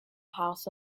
house